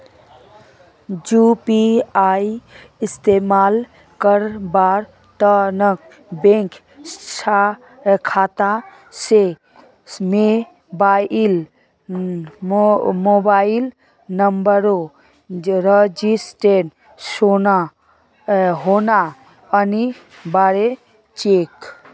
UPI इस्तमाल करवार त न बैंक खाता स मोबाइल नंबरेर रजिस्टर्ड होना अनिवार्य छेक